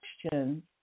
questions